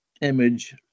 image